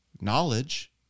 knowledge